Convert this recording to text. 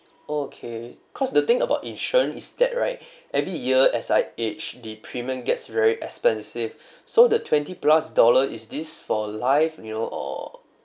okay cause the thing about insurance is that right every year as I aged the premium gets very expensive so the twenty plus dollar is this for life you know or